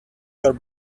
your